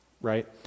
right